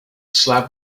slab